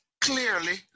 clearly